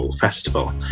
festival